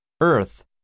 Earth